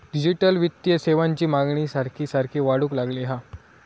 digital वित्तीय सेवांची मागणी सारखी सारखी वाढूक लागली हा